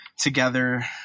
together